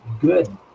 good